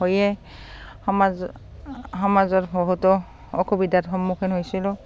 হয়ে সমাজ সমাজত বহুতো অসুবিধাৰ সন্মুখীন হৈছিলোঁ